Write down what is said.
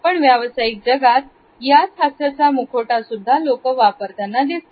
पण व्यावसायिक जगात या हास्याचा मुखवटा सुद्धा लोक वापरताना दिसतात